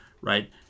right